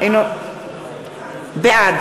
בעד